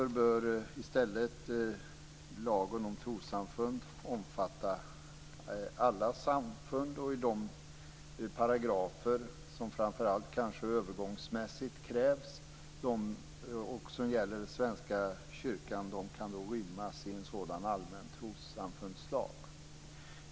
I stället bör lagen om trossamfund omfatta alla samfund. De paragrafer som krävs, kanske framför allt övergångsmässigt, och som gäller Svenska kyrkan kan då rymmas i en sådan allmän trossamfundslag.